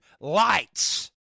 lights